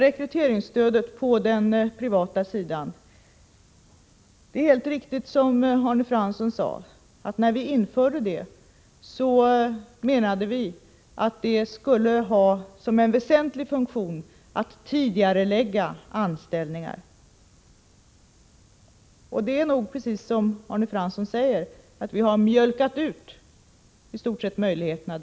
Arne Fransson sade helt riktigt att vi när vi införde rekryteringsstödet menade att det skulle ha såsom en väsentlig funktion att tidigarelägga anställningar. Det är nog precis som Arne Fransson framhöll: vi har i stort sett mjölkat ut möjligheterna.